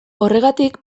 horregatik